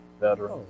veteran